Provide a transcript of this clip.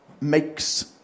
makes